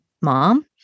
mom